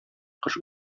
кош